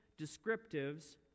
descriptives